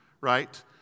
right